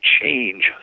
change